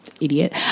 idiot